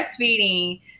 breastfeeding